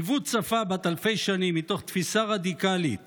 עיוות שפה בת אלפי שנים מתוך תפיסה רדיקלית